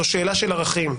זו שאלה של ערכים.